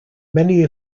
many